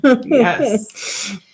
Yes